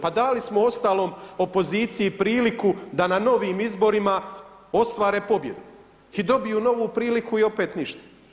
Pa dali smo uostalom opoziciji priliku da na novim izborima ostvare pobjedu i dobiju novu priliku i opet ništa.